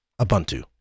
Ubuntu